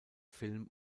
film